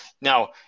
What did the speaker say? Now